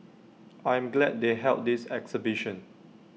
I'm glad they held this exhibition